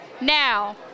Now